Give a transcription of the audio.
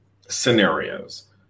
scenarios